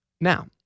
Now